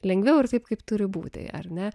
lengviau ir taip kaip turi būti ar ne